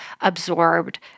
absorbed